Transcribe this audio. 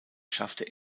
schafft